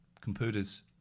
Computers